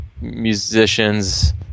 musicians